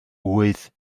ŵydd